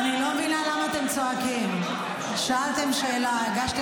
-- בעניין הצוללות, ויש.